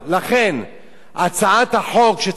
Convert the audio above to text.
הצעת החוק שצריך גם סימון,